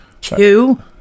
Two